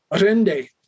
Rende